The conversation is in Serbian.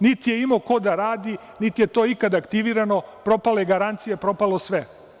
Niti je imao ko da radi, niti je to ikada aktivirano, propale garancije, propalo sve.